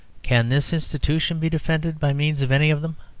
can this institution be defended by means of any of them?